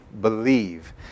believe